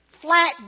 flat